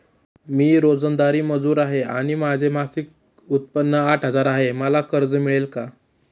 मी रोजंदारी मजूर आहे आणि माझे मासिक उत्त्पन्न आठ हजार आहे, मला कर्ज मिळेल का?